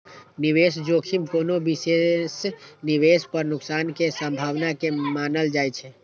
निवेश जोखिम कोनो विशेष निवेश पर नुकसान के संभावना के मानल जाइ छै